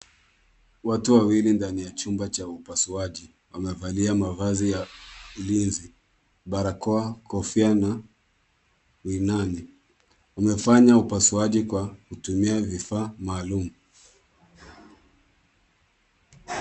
Watu wawili ndani ya chumba cha upasuaji, wamevalia mavazi ya ulinzi. Barakoa, kofia na miinani . Wamefanya upasuaji kwa kutumia vifaa maalum.